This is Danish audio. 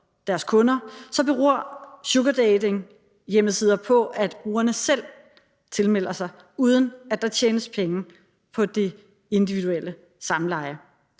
deres kunder, så beror sugardatinghjemmesider på, at brugerne selv tilmelder sig, uden at der tjenes penge på det individuelle samleje.